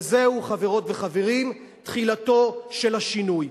וזהו, חברות וחברים, תחילתו של השינוי.